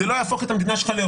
במקום להסכים על חלק מהדברים,